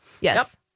Yes